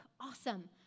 awesome